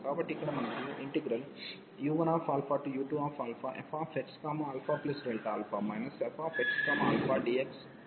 కాబట్టి ఇక్కడ మనకు u1u2fxα fxαdx తేడా ఉంది